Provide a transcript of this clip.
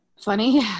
Funny